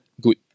Good